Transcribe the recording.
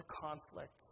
conflict